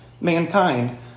mankind